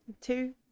Two